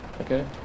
Okay